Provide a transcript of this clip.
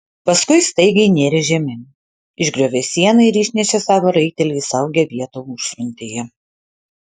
paskui staigiai nėrė žemyn išgriovė sieną ir išnešė savo raitelį į saugią vietą užfrontėje